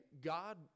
God